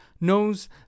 knows